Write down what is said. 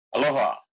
Aloha